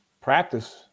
practice